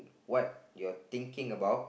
what you thinking about